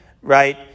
right